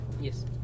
Yes